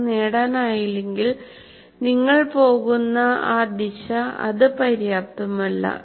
അത് നേടാനായില്ലെങ്കിൽ നിങ്ങൾ പോകുന്ന ആ ദിശ അത് പര്യാപ്തമല്ല